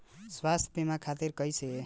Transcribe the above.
स्वास्थ्य बीमा खातिर कईसे आवेदन करम?